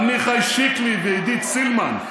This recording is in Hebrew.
עמיחי שיקלי ועידית סילמן,